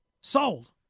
sold